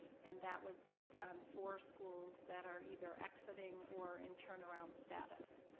and that was based on four schools that are either exiting or in turn around status.